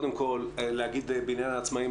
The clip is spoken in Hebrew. בעניין העצמאיים,